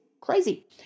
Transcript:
crazy